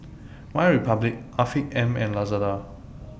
MyRepublic Afiq M and Lazada